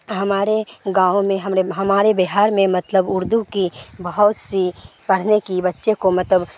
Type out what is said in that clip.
ہمارے گاؤں میں ہمرے ہمارے بہار میں مطلب اردو کی بہت سی پڑھنے کی بچے کو مطلب